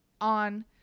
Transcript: on